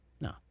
No